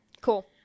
Cool